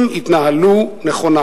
אם יתנהלו נכונה.